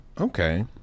Okay